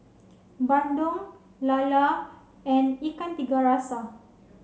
Bandung Lala and Ikan Tiga Rasa